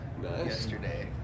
Yesterday